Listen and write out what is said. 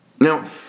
Now